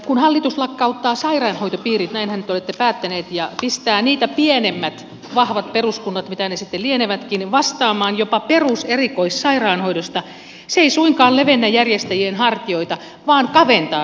kun hallitus lakkauttaa sairaanhoitopiirit näinhän te olette päättäneet ja pistää niitä pienemmät vahvat peruskunnat mitä ne sitten lienevätkin vastaamaan jopa peruserikoissairaanhoidosta se ei suinkaan levennä järjestäjien hartioita vaan kaventaa niitä